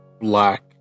black